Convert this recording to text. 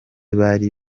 bari